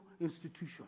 institution